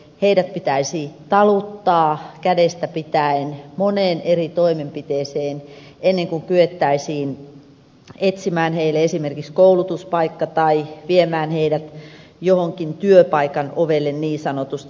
heidät pitäisi taluttaa kädestä pitäen moneen eri toimenpiteeseen ennen kuin kyettäisiin etsimään heille esimerkiksi koulutuspaikka tai viemään heidät johonkin työpaikan ovelle niin sanotusti